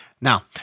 Now